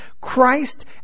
Christ